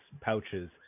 pouches